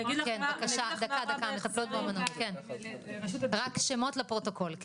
כן, בבקשה המטפלות באומנות, רק שמות לפרוטוקול.